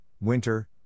winter